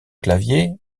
claviers